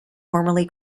formerly